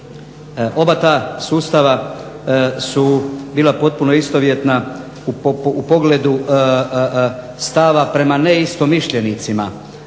oba ta sustava su bila potpuno istovjetna u pogledu stava prema neistomišljenicima,